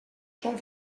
són